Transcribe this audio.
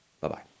Bye-bye